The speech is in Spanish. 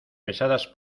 pesadas